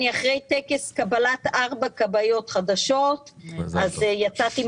אני מבקש לקבל תשובות על השאלות שהגדרתי ואז נחליט מתי